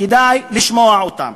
כדאי לשמוע אותן.